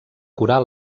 curar